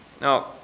Now